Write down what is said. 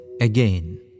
again